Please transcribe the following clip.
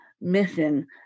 mission